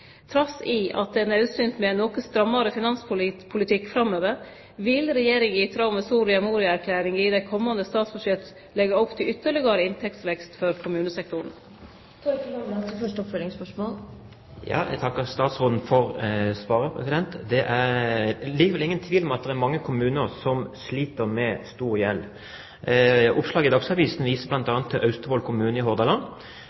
Trass i at det er naudsynt med ein noko strammare finanspolitikk framover, vil Regjeringa i tråd med Soria Moria-erklæringa i dei komande statsbudsjetta leggje opp til ytterlegare inntektsvekst for kommunesektoren. Jeg takker statsråden for svaret. Det er likevel ingen tvil om at det er mange kommuner som sliter med stor gjeld. Det vises i oppslaget i Dagsavisen